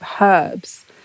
herbs